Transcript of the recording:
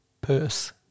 purse